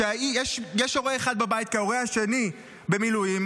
שיש הורה אחד בבית כי ההורה השני במילואים,